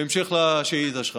בהמשך לשאילתה שלך: